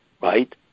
Right